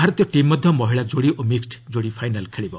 ଭାରତୀୟ ଟିମ୍ ମଧ୍ୟ ମହିଳା ଯୋଡ଼ି ଓ ମିକ୍କଡ୍ ଯୋଡ଼ି ଫାଇନାଲ୍ ଖେଳିବ